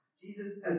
Jesus